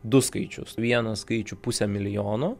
du skaičius vieną skaičių pusę milijono